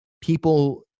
people